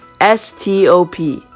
S-T-O-P